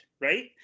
right